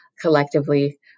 collectively